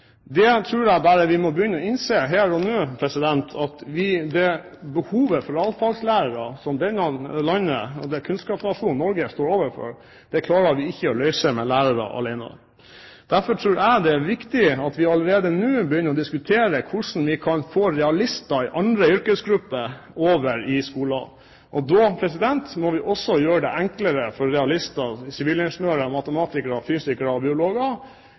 Jeg tror vi bare må begynne å innse her og nå at dette behovet som kunnskapsnasjonen Norge står overfor, klarer vi ikke å møte med yrkesgruppen lærere alene. Derfor tror jeg det er viktig at vi allerede nå begynner å diskutere hvordan vi kan få realister i andre yrkesgrupper over i skolen. Da må vi også gjøre det enklere for realister, sivilingeniører, matematikere, fysikere og biologer